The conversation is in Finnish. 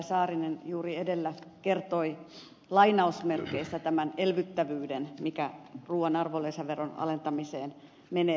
saarinen juuri edellä kertoi tämän lainausmerkeissä sanottuna elvyttävyyden mikä ruuan arvonlisäveron alentamiseen menee